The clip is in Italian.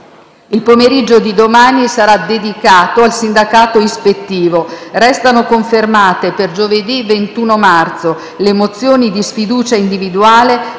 Il pomeriggio di domani sarà dedicato al sindacato ispettivo. Restano confermate, per giovedì 21 marzo, le mozioni di sfiducia individuale